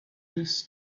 this